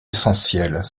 essentiel